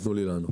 תנו לי לענות.